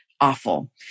awful